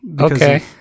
Okay